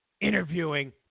interviewing